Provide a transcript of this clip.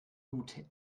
gute